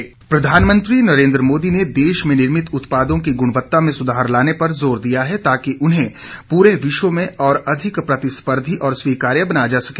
प्रधानमंत्री प्रधानमंत्री नरेंद्र मोदी ने देश में निर्मित उत्पादों की गुणवत्ता में सुधार लाने पर जोर दिया है ताकि उन्हें पूरे विश्व में और अधिक प्रतिस्पर्धी और स्वीकार्य बनाया जा सके